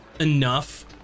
enough